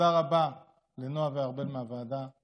תודה רבה לנועה ולארבל מהוועדה.